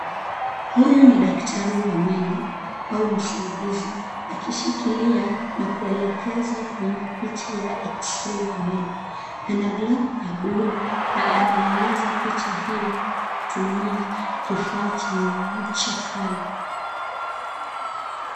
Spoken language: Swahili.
Huyu ni daktari wa meno au msaidizi akishikilia na kuelekeza kwenye picha ya x-ray ya meno. Ana glavu ya bluu na anaeleza picha hiyo kwa kutumia kifaa chenye ncha kali.